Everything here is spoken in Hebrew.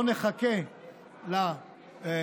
לא נחכה לרקטה,